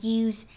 use